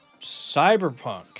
cyberpunk